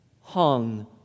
hung